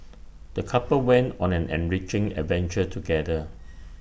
the couple went on an enriching adventure together